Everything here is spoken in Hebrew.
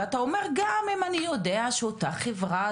ואתה אומר גם אם אני יודע שאותה חברה,